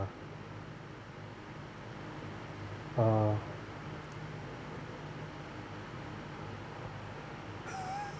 uh